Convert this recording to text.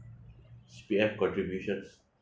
C_P_F contributions